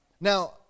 now